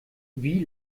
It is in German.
wie